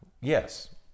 Yes